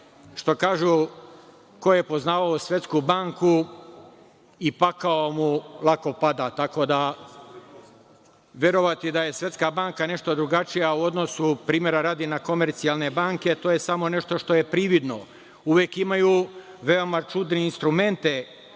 što kažu, ko je poznavao Svetsku banku i pakao mu lako pada, tako da verovati da je Svetska banka nešto drugačija u odnosu, primera radi, na komercijalne banke, to je nešto što je samo prividno. Uvek imaju veoma čudne instrumente